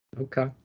Okay